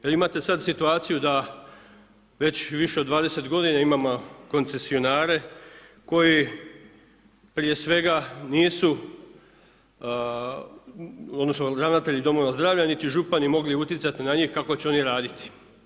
Jer imate sad situaciju da već više od 20 g. imamo koncesionare koji prije svega nisu u odnosu na ravnatelje domova zdravlja niti župani mogli utjecati na njih, kako će oni raditi.